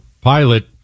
pilot